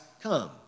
come